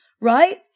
right